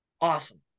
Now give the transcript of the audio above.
awesome